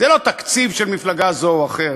זה לא תקציב של מפלגה זו או אחרת.